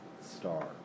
star